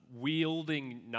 wielding